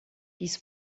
dies